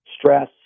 stress